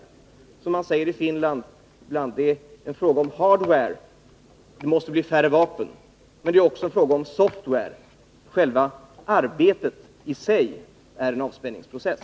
Det är, som man säger i Finland ibland, fråga om hardware — det måste bli färre vapen. Men det är också fråga om software — själva arbetet, som i sig innebär en avspänningsprocess.